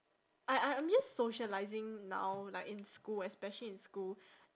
I I I'm just socialising now like in school especially in school